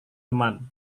teman